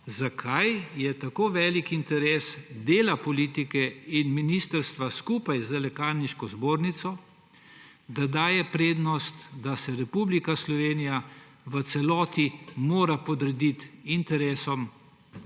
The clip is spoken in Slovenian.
zakaj je tako velik interes dela politike in ministrstva skupaj z Lekarniško zbornico, da se daje prednost, da se mora Republika Slovenija v celoti podrediti interesom tujcev